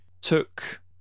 took